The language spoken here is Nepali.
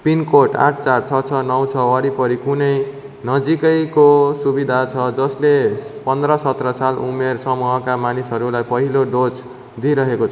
पिन कोड आठ चार छ छ नौ छ वरिपरि कुनै नजिकैको सुविधा छ जसले पन्ध्र सत्र साल उमेर समूहका मानिसहरूलाई पहिलो डोज दिइरहेको छ